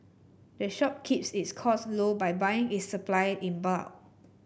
the shop keeps its costs low by buying its supply in bulk